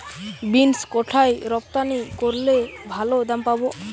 Beans কোথায় রপ্তানি করলে ভালো দাম পাব?